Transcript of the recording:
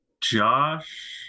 josh